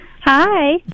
hi